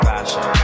Fashion